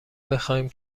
بخواهیم